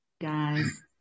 Guys